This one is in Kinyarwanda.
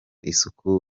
isuku